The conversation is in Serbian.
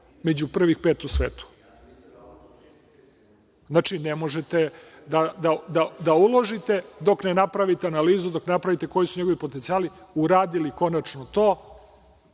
među prvih pet u svetu. Znači, ne možete da uložite dok ne napravite analizu, dok ne napravite koji su njegovi potencijali. Uradili konačno to,